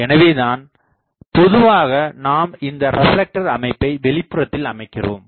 எனவேதான் பொதுவாக நாம் இந்த ரெப்லெக்டர் அமைப்பை வெளிப்புறத்தில் அமைக்கின்றோம்